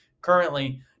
currently